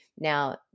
Now